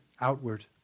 outward